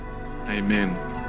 Amen